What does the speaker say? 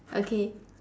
okay